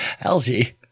Algae